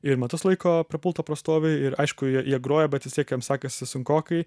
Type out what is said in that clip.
ir metus laiko prie pulto pastovi ir aišku jie jie groja bet vis tiek jiem sekasi sunkokai